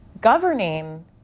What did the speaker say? Governing